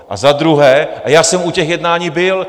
A za druhé a já jsem u těch jednání byl.